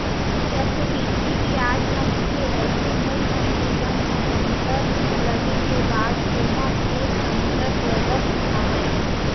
चक्रबृद्धि बियाज म होथे अइसे मूलधन के संग म कंतर लगे के बाद ओमा फेर कंतर लगत हावय